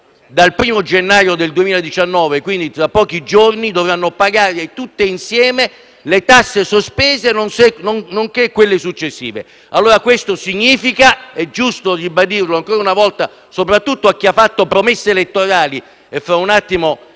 dal 1° gennaio 2019 - quindi, tra pochi giorni - dovranno pagare tutte quelle sospese, nonché quelle successive. Ciò significa - è giusto ribadirlo ancora una volta, soprattutto a chi ha fatto promesse elettorali, di cui fra un attimo